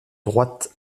droites